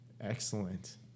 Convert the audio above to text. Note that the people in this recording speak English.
Excellent